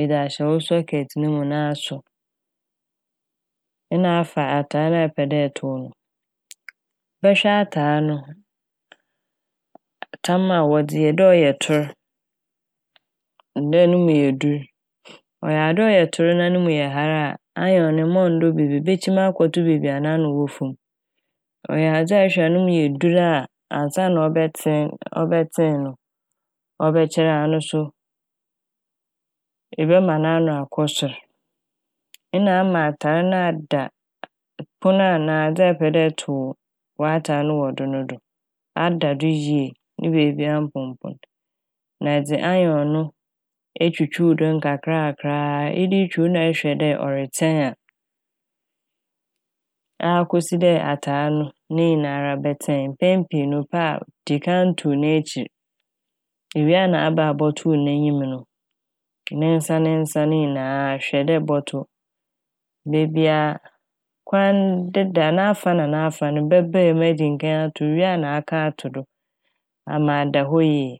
edze ahyɛ wo "socket"ne mu na asɔ. Nna afa atar no a epɛ dɛ etow no bɛhwɛ atar no tam a wɔdze yɛe dɛ ɔyɛ tor, dɛ no mu yɛ dur. Ɔyɛ ade ɔyɛ tor na no mu yɛ har a "iron" no mma ɔnndɔ bebree ebekyim akɔto bea n'ano wɔ famu. Ɔyɛ adze a ehwɛ no mu yɛ dur a ansaana ɔbɛtsen - ɔbɛtsen no ɔbɛkyɛr a ɔno so ebɛma n'ano akɔ sor. Nna ama atar na ada pon anaa adze a ɛpɛ dɛ etow w'atar no wɔ do no do, ada do yie ne beebi a mponpon. Na edze "iron" no etwutwuw do nkakrankra. Ede twuw do nyinaa na erehwɛ dɛ ɔretsen a akosi dɛ atar no ne nyinara bɛtsen. Mpɛn pii no epɛ a de kan tow n'ekyir iwie a na aba abɔtow n'enyim no, ne nsa nsa ne nyinaa hwɛ dɛ ɛbɔtow, beebi a kwan deda, n'afa na n'afa bɛbae mu edi nkan atow iwie a na aka ato do ama ada hɔ yie.